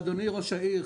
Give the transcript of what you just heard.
אדוני ראש העיר,